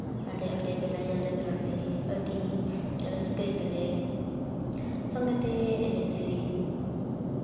ᱟᱞᱮ ᱚᱸᱰᱮ ᱢᱮᱞᱟ ᱧᱮᱞ ᱞᱮ ᱪᱟᱞᱟᱜ ᱛᱟᱦᱮᱸᱜ ᱟᱹᱰᱤ ᱨᱟᱹᱥᱠᱟᱹᱭ ᱛᱟᱞᱮ ᱥᱚᱝᱜᱮ ᱛᱮ ᱮᱱᱮᱡ ᱥᱮᱨᱮᱧ